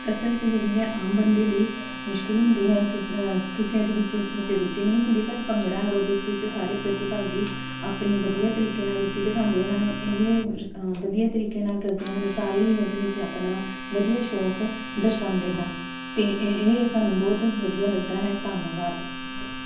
ਕਸਰਤ ਜਿਹੜੀ ਹੈ ਆਮ ਬੰਦੇ ਲਈ ਮੁਸ਼ਕਿਲ ਹੁੰਦੀ ਹੈ ਕਿਸੇ ਦੇ ਵਿੱਚ ਇਸ ਵਿੱਚ ਰੁਚੀ ਨਹੀਂ ਹੁੰਦੀ ਪਰ ਭੰਗੜਾ ਐਰੋਬਿਕਸ ਵਿੱਚ ਸਾਰੇ ਪ੍ਰਤਿਭਾਗੀ ਆਪਣੀ ਵਧੀਆ ਤਰੀਕੇ ਨਾਲ ਰੁਚੀ ਦਿਖਾਉਂਦੇ ਹਨ ਇਹ ਵਧੀਆ ਤਰੀਕੇ ਨਾਲ ਕਰਦੇ ਹਨ ਸਾਰੇ ਹੀ ਇਹਦੇ ਵਿੱਚ ਆਪਣਾ ਵਧੀਆ ਸ਼ੌਕ ਦਰਸਾਉਂਦੇ ਹਨ ਅਤੇ ਇਹ ਸਾਨੂੰ ਬਹੁਤ ਵਧੀਆ ਲੱਗਦਾ ਹੈ ਧੰਨਵਾਦ